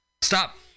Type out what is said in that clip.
Stop